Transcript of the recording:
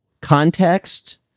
Context